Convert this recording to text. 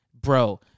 Bro